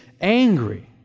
angry